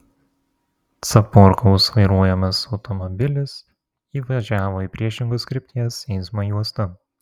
caporkaus vairuojamas automobilis įvažiavo į priešingos krypties eismo juostą